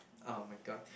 !oh-my-god!